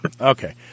Okay